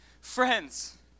friends